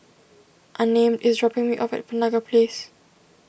Unnamed is dropping me off at Penaga Place